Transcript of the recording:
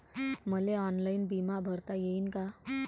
मले ऑनलाईन बिमा भरता येईन का?